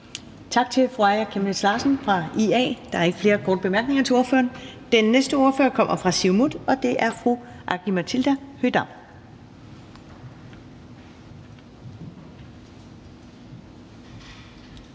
Tak til fru Aaja Chemnitz Larsen fra IA – der er ikke flere korte bemærkninger til ordføreren. Den næste ordfører kommer fra Siumut, og det er fru Aki-Matilda Høegh-Dam.